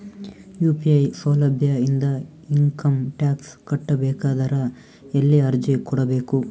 UPI ಸೌಲಭ್ಯ ಇಂದ income tax ಕಟ್ಟಬೇಕಾದರ ಎಲ್ಲಿ ಅರ್ಜಿ ಕೊಡಬೇಕು?